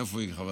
איפה היא?